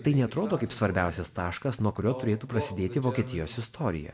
tai neatrodo kaip svarbiausias taškas nuo kurio turėtų prasidėti vokietijos istorija